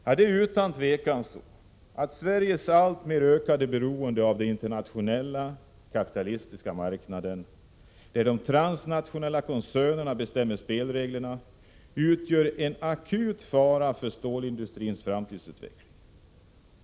Ja, det är utan tvivel så att Sveriges alltmer ökande beroende av den internationella kapitalistiska marknaden, där de transnationella koncernerna bestämmer spelreglerna, utgör en akut fara för stålindustrins framtidsutveckling.